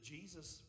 Jesus